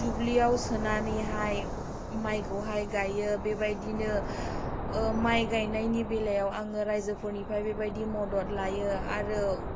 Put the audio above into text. दुब्लियाव सोनानैहाय मायखौहाय गायो बेबायदिनो माय गायनायनि बेलायाव आङो रायजोफोरनिफ्राय बेबायदि मदद लायो आरो